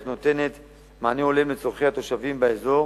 נותנות מענה הולם לצורכי התושבים באזור